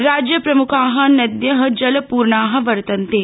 राज्यप्रमुखा नद्य जलपूर्णा वर्तन्ते